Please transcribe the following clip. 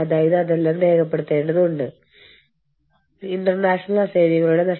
അതായത് റഗ്മാർക്ക് അതൊരു മുദ്രയാണ് അല്ലെങ്കിൽ അതൊരു സ്റ്റാമ്പ് ആണ് എന്ന് ഉറപ്പാക്കി